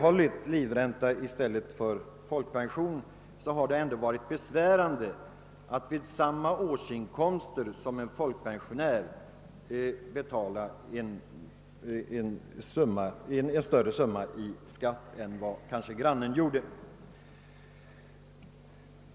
fått livränta i stället för folkpension har det ändå varit besvärande att med samma årsinkomst som en folkpensionär betala en större summa i skatt än denne.